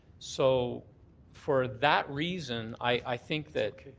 so for that reason, i think that